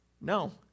No